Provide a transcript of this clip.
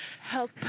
help